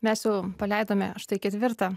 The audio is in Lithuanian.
mes jau paleidome štai ketvirtą